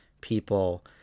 people